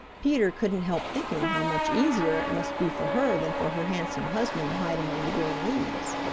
peter couldn't help thinking how much easier it must be for her than for her handsome husband to hide among the green leaves.